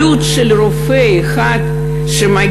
עלות של רופא אחד שמגיע,